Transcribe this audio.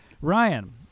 Ryan